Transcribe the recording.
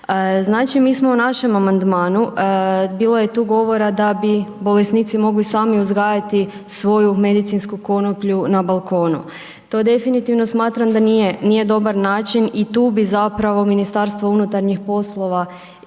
Znači, mi smo u našem amandmanu, bilo je tu govora da bi bolesnici mogli sami uzgajati svoju medicinsku konoplju na balkonu. To definitivno smatram da nije dobar način i tu bi zapravo MUP i sva druga nadzorna tijela